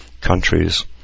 countries